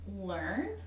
learn